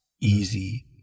easy